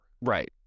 right